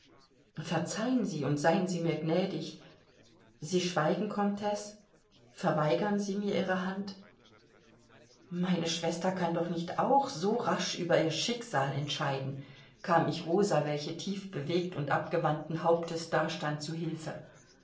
verzeihen sie und seien sie mir gnädig sie schweigen komtesse verweigern sie mir ihre hand meine schwester kann doch nicht auch so rasch über ihr schicksal entscheiden kam ich rosa welche tiefbewegt und abgewandten hauptes dastand zu hilfe